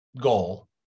goal